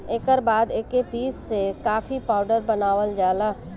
एकर बाद एके पीस के कॉफ़ी पाउडर बनावल जाला